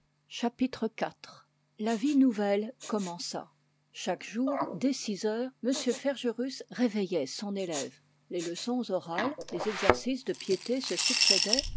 la vie nouvelle commença chaque jour dès six heures m forgerus réveillait son élève les leçons orales les exercices de piété se succédaient